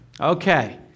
Okay